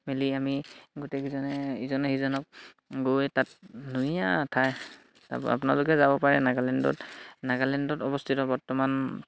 মেলি আমি গোটেইকিজনে ইজনে সিজনক গৈ তাত ধুনীয়া ঠাই আপোনালোকে যাব পাৰে নাগালেণ্ডত নাগালেণ্ডত অৱস্থিত বৰ্তমান